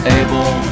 able